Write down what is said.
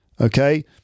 Okay